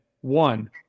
One